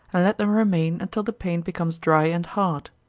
and let them remain until the paint becomes dry and hard.